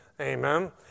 Amen